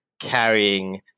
carrying